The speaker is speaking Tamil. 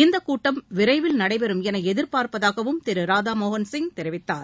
இக்கூட்டம் விரைவில் நடைபெறும் என எதிர்ப்பார்ப்பதாகவும் திரு ராதாமோகன் சிங் தெரிவித்தார்